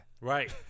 Right